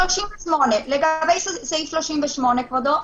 לגבי סעיף 38, כבודו,